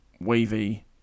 wavy